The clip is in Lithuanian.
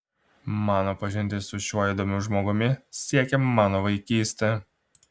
mano pažintis su šiuo įdomiu žmogumi siekia mano vaikystę